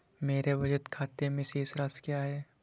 मेरे बचत खाते में शेष राशि क्या है?